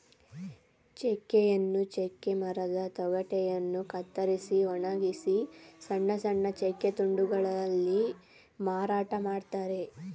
ಚೆಕ್ಕೆಯನ್ನು ಚೆಕ್ಕೆ ಮರದ ತೊಗಟೆಯನ್ನು ಕತ್ತರಿಸಿ ಒಣಗಿಸಿ ಸಣ್ಣ ಸಣ್ಣ ಚೆಕ್ಕೆ ತುಂಡುಗಳಲ್ಲಿ ಮಾರಾಟ ಮಾಡ್ತರೆ